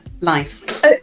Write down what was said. life